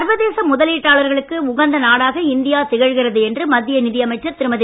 சர்வதேச முதலீட்டாளர்களுக்கு உகந்த நாடாக இந்தியா திகழ்கிறது என்று மத்திய நிதியமைச்சர் திருமதி